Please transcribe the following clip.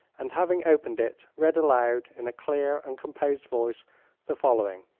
and having opened it read aloud in a clear and composed voice the following